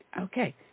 Okay